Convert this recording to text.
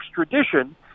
extradition